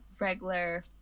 regular